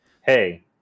hey